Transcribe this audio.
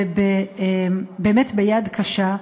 וביד קשה,